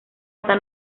hasta